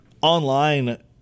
online